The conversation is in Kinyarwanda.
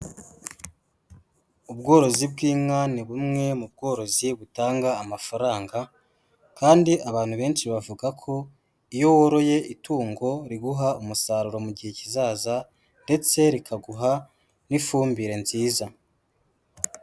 Ubworozi bw'inka ni bumwe mu bworozi butanga amafaranga kandi abantu benshi bavuga ko iyo woroye itungo riguha umusaruro mugihe kizaza ndetse rikaguha n'ifumbire nziza.